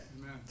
Amen